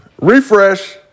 Refresh